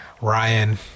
Ryan